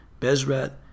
Bezrat